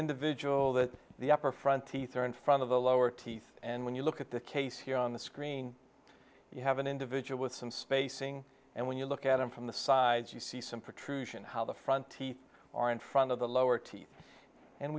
individual that the upper front teeth are in front of the lower teeth and when you look at the case here on the screen you have an individual with some spacing and when you look at them from the sides you see some patrician how the front teeth are in front of the lower teeth and